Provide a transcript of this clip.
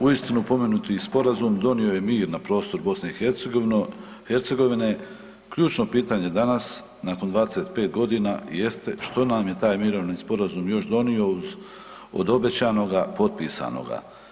Uistinu pomenuti sporazum donio je mir na prostor BiH, ključno pitanje danas nakon 25 godina jeste što nam je taj mirovni sporazum još donio uz od obećanoga, potpisanoga.